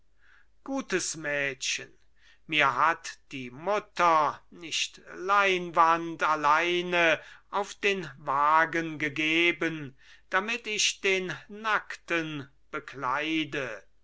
gutes mädchen mir hat die mutter nicht leinwand alleine auf den wagen gegeben damit ich den nackten bekleide